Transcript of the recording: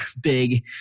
big